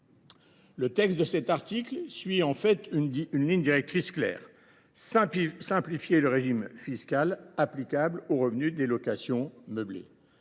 de tourisme. Cet article suit une ligne directrice claire : simplifier le régime fiscal applicable aux revenus des locations meublées.